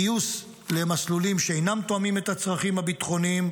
גיוס למסלולים שאינם תואמים את הצרכים הביטחוניים,